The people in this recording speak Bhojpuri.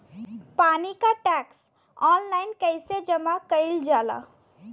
पानी क टैक्स ऑनलाइन कईसे जमा कईल जाला?